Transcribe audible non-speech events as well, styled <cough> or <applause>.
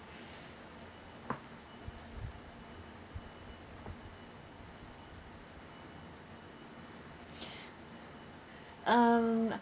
<breath> um